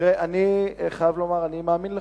אני חייב לומר, אני מאמין לך.